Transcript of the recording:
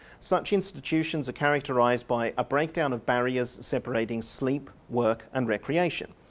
such institutions are characterised by a breakdown of barriers separating sleep, work and recreation.